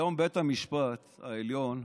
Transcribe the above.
היום בית המשפט העליון,